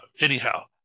anyhow